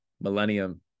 millennium